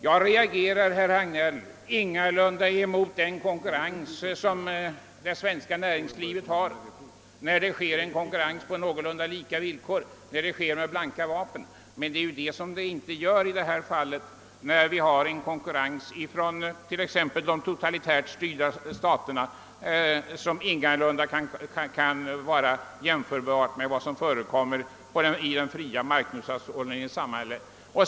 Jag reagerar ingalunda mot den konkurrens som det svenska näringslivet har att möta när den äger rum på någorlunda lika villkor och striden förs med blanka vapen, men så är inte fallet här. Vi möter en konkurrens från de totalitärt styrda staterna som ingalunda kan jämföras med vad som förekommer i den fria marknadshushållningens samhälle.